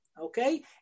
okay